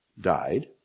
died